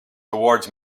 towards